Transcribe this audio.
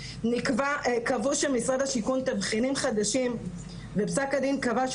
קבעו שמשרד השיכון תבחינים חדשים ופסק הדין קבע,